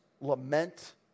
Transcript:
lament